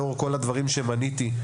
לאור כל הדברים שמניתי,